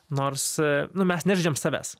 nors nu mes nežaidžiam savęs